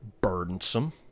burdensome